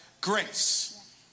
grace